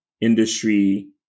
industry